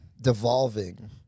devolving